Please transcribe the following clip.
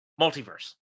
Multiverse